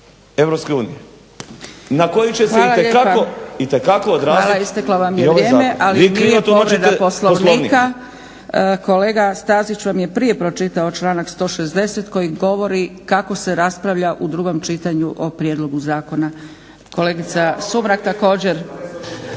Hvala. Isteklo vam je vrijeme. Ali nije povreda Poslovnika. Kolega Stazić vam je prije pročitao članak 160. koji govori kako se raspravlja u drugom čitanju o prijedlogu zakona. Kolegica Sumrak, također.